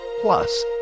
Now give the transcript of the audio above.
plus